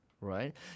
Right